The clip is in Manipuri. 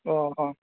ꯑꯣ ꯍꯣ